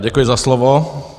Děkuji za slovo.